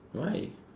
why